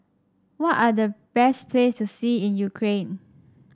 what are the best place to see in Ukraine